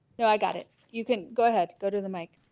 no, i got it you can go ahead go to the mic